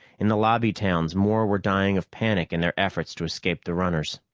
in the lobby towns, more were dying of panic in their efforts to escape the runners.